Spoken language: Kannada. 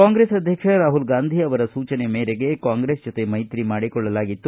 ಕಾಂಗ್ರೆಸ್ ಅಧ್ಯಕ್ಷ ರಾಹುಲ್ ಗಾಂಧಿ ಅವರ ಸೂಚನೆ ಮೇರೆಗೆ ಕಾಂಗ್ರೆಸ್ ಜೊತೆ ಮೈತ್ರಿ ಮಾಡಿಕೊಳ್ಳಲಾಗಿತ್ತು